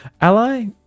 Ally